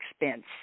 expense